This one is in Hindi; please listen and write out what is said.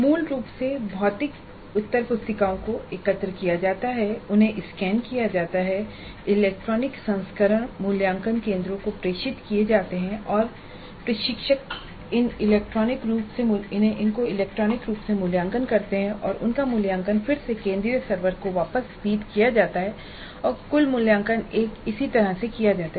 मूल रूप से भौतिक उत्तर पुस्तिकाओं को एकत्र किया जाता है उन्हें स्कैन किया जाता है और इलेक्ट्रॉनिक संस्करण मूल्यांकन केंद्रों को प्रेषित किए जाते हैं और प्रशिक्षक इनको इलेक्ट्रॉनिक रूप में मूल्यांकन करते हैं और उनका मूल्यांकन फिर से केंद्रीय सर्वर को वापस फीड किया जाता है और कुल मूल्यांकन एक इसी तरह किया जाता है